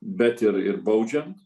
bet ir ir baudžiant